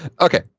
Okay